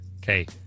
Okay